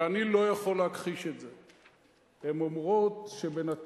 ואני לא יכול להכחיש את זה, הן אומרות שבינתיים,